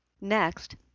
Next